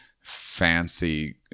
fancy